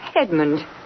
Edmund